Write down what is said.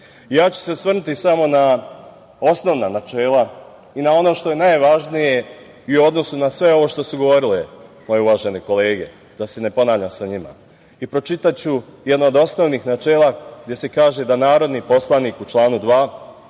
ponašanja. Osvrnuću se samo na osnovna načela i na ono što je najvažnije i u odnosu na sve ovo što su govorile moje uvažene kolege, da se ne ponavljam sa njima. Pročitaću jedno od osnovnih načela, gde se kaže da narodni poslanik u članu 2.